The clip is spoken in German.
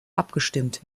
abgestimmt